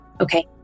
Okay